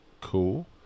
cool